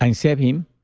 and save him.